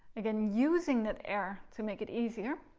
again using that air to make it easier